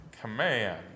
command